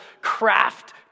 craft